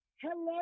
Hello